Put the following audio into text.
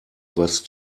was